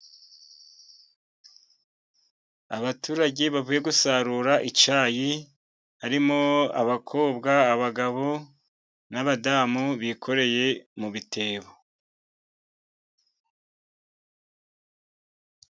Abaturage bavuye gusarura icyayi, harimo abakobwa, abagabo n'abadamu bikoreye mu bitebo.